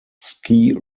ski